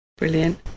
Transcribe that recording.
Brilliant